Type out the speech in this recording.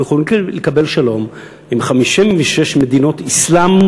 אנחנו יכולים לקבל שלום עם 56 מדינות אסלאם,